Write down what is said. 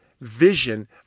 vision